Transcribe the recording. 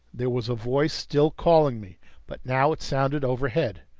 there was a voice still calling me but now it sounded overhead.